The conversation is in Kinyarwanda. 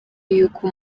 y’uko